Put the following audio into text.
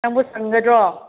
ꯅꯪꯕꯨ ꯁꯪꯒꯗ꯭ꯔꯣ